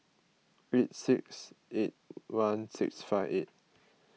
eight six eight one six five eight